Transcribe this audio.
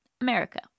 America